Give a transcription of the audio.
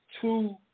two